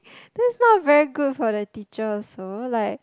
that's not very good for the teacher also like